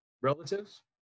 relatives